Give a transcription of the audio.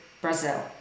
Brazil